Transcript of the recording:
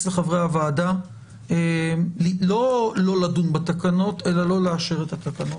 לחברי הוועדה לא לא לדון בתקנות אלא לא לאשר את התקנות.